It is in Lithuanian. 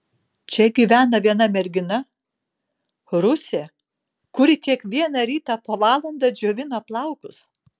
čia gyvena viena mergina rusė kuri kiekvieną rytą po valandą džiovina plaukus